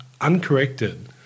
uncorrected